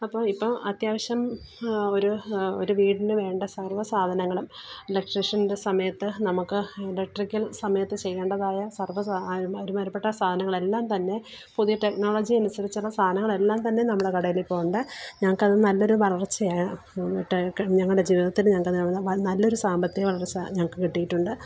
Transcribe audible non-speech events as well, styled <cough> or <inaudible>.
അപ്പോള് ഇപ്പോള് അത്യാവശ്യം ഒരു ഒരു വീടിനു വേണ്ട സർവ സാധനങ്ങളും ഇലട്രിഷൻ്റെ സമയത്ത് നമുക്ക് ഇലട്രിക്കൽ സമയത്ത് ചെയ്യണ്ടതായ ഒരുമാതിരി പെട്ട സാധനങ്ങളെല്ലാം തന്നെ പുതിയ ടെക്നോളജി അനുസരിച്ചുള്ള സാധനങ്ങളെല്ലാം തന്നെ നമ്മടെ കടയിലിപ്പോള് ഉണ്ട് ഞങ്ങള്ക്കത് നല്ലൊരു വളർച്ചയാണ് <unintelligible> ഞങ്ങളുടെ ജീവിതത്തിള് ഞങ്ങള് നേടുന്ന വൻ നല്ലൊരു സാമ്പത്തിക വളർച്ച ഞങ്ങള്ക്ക് കിട്ടിയിട്ടുണ്ട്